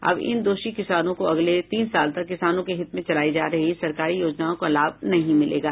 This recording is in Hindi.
अब इन दोषी किसानों को अगले तीन साल तक किसानों के हित में चलायी जा रही सरकारी योजनाओं का लाभ नहीं मिलेगा